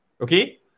Okay